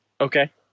Okay